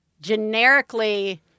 generically